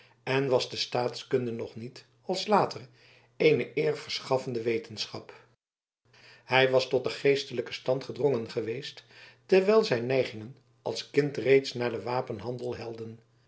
en was de staatkunde nog niet als later eene eerverschaffende wetenschap hij was tot den geestelijken stand gedrongen geweest terwijl zijn neigingen als kind reeds naar den wapenhandel